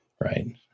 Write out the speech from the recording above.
right